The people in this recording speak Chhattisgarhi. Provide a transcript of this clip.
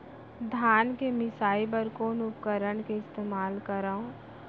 धान के मिसाई बर कोन उपकरण के इस्तेमाल करहव?